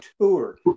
tour